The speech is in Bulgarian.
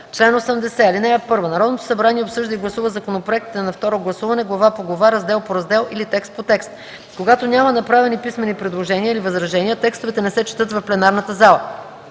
чл. 80: Чл. 80. (1) Народното събрание обсъжда и гласува законопроектите на второ гласуване глава по глава, раздел по раздел или текст по текст. Когато няма направени писмени предложения или възражения, текстовете не се четат в пленарната зала.